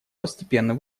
постепенно